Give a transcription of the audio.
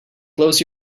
close